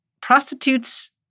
prostitutes